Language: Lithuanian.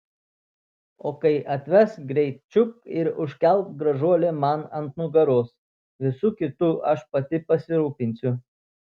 o kai atves greit čiupk ir užkelk gražuolę man ant nugaros visu kitu aš pati pasirūpinsiu